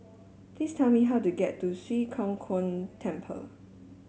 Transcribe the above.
please tell me how to get to Swee Kow Kuan Temple